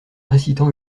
récitant